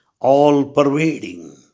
all-pervading